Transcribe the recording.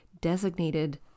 designated